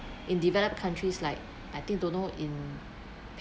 in developed countries like I think don't know in